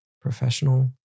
professional